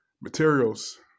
materials